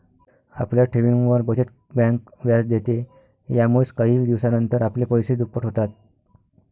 आपल्या ठेवींवर, बचत बँक व्याज देते, यामुळेच काही दिवसानंतर आपले पैसे दुप्पट होतात